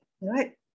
right